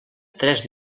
tres